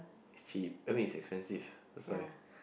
is cheap I mean is expensive that's why